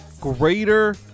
greater